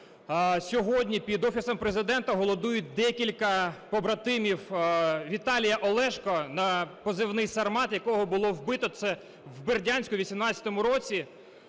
Сьогодні під Офісом Президента голодують декілька побратимів Віталія Олешко на позивний "Сармат", якого було вбито в Бердянську у 18-му році.